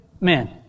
men